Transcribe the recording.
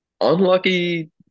Unlucky